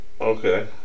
Okay